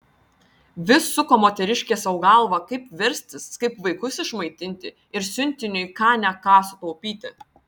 vis suko moteriškė sau galvą kaip verstis kaip vaikus išmaitinti ir siuntiniui ką ne ką sutaupyti